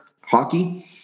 hockey